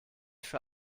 für